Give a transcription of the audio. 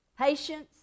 patience